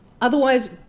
otherwise